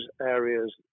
areas